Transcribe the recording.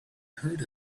heard